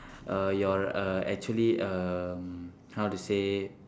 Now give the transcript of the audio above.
err you're a actually um how to say